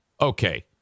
Okay